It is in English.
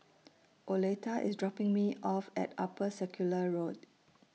Oleta IS dropping Me off At Upper Circular Road